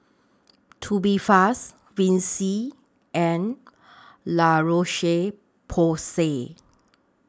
Tubifast Vichy and La Roche Porsay